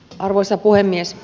arvoisa puhemies